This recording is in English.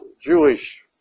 Jewish